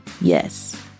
Yes